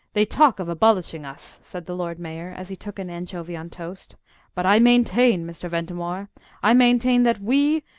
they talk of abolishing us, said the lord mayor, as he took an anchovy on toast but i maintain, mr. ventimore i maintain that we,